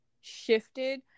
shifted